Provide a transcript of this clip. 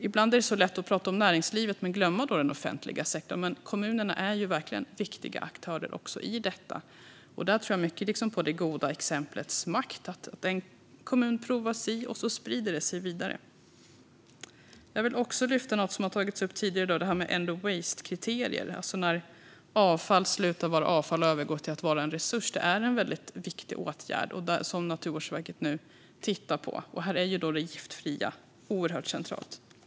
Ibland är det lätt att prata om näringslivet och glömma den offentliga sektorn. Men kommunerna är verkligen också viktiga aktörer i detta. Där tror jag mycket på det goda exemplets makt. En kommun provar något, och sedan sprider det sig vidare. Jag vill också lyfta upp något som har tagits upp tidigare i dag: end of waste-kriterier, alltså när avfall slutar att vara avfall och övergår till att vara en resurs. Det är en viktig åtgärd som Naturvårdsverket nu tittar på. Här är det giftfria centralt.